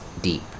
deep